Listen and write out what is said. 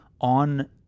on